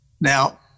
Now